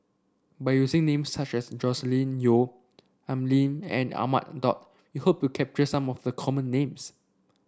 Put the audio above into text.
by using names such as Joscelin Yeo Al Lim and Ahmad Daud we hope to capture some of the common names